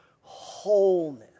wholeness